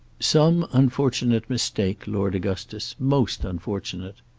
some unfortunate mistake, lord augustus most unfortunate.